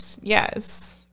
yes